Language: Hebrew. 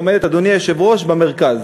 עומדת במרכז